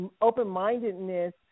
open-mindedness